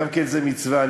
גם זו מצווה.